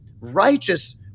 righteous